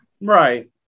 Right